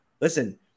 listen –